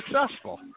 successful